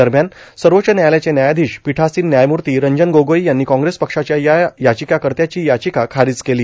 दरम्यान सर्वोचच व्यायालयाचे व्यायाधीश पीठासीन व्यायमूर्ती रंजन गोगोई यांनी काँग्रेस पक्षाच्या या याचिकाकर्त्यांची याचिका खारिज केली